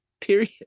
Period